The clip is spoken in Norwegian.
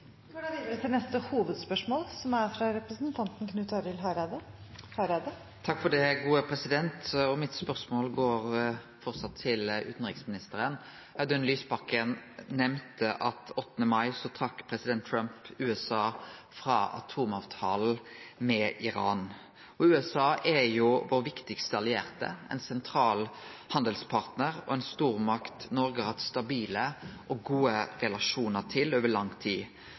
til neste hovedspørsmål. Mitt spørsmål går nok ein gong til utanriksministeren. Audun Lysbakken nemnde at president Trump den 8. mai trekte USA frå atomavtalen med Iran. USA er vår viktigaste allierte, ein sentral handelspartnar, ei stormakt som Noreg har hatt stabile og gode relasjonar til over lang tid